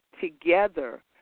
together